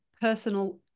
personal